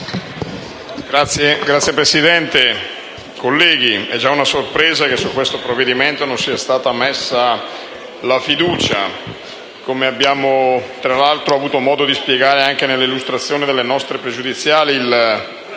Signora Presidente, colleghi, è già una sorpresa che su questo provvedimento non sia stata messa la fiducia. Come abbiamo avuto modo di spiegare nell'illustrazione delle nostre pregiudiziali, il